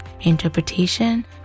interpretation